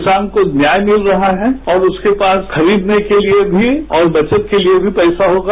किसान को न्याय मिल रहा है और उसके पास खरीदने के लिए भी और बचत के लिए भी पैसा होगा